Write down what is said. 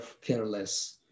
careless